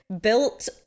built